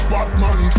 Batman